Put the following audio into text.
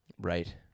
Right